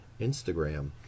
Instagram